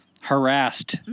harassed